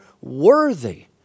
worthy